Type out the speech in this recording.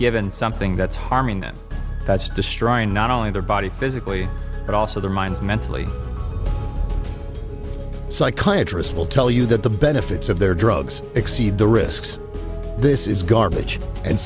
given something that's harming them that's destroying not only their body physically but also their minds mentally psychiatry's will tell you that the benefits of their drugs exceed the risks this is garbage and